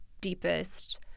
deepest